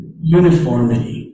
uniformity